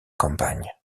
campagne